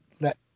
let